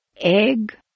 egg